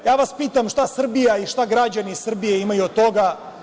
Pitam vas šta Srbija i šta građani Srbije imaju od toga?